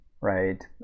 right